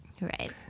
right